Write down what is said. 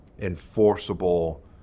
enforceable